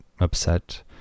upset